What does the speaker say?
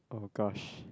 oh gosh